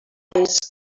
guys